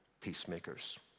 peacemakers